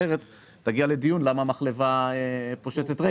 אחרת תגיע לדיון על למה המחלבה פושטת רגל.